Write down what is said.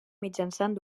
mitjançant